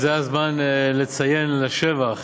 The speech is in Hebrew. זה הזמן לציין לשבח